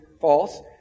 false